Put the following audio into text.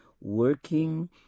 working